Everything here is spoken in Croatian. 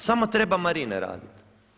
Samo treba marine raditi.